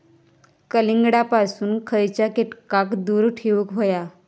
कलिंगडापासून खयच्या कीटकांका दूर ठेवूक व्हया?